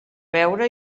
beure